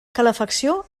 calefacció